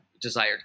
desired